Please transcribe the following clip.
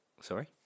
Sorry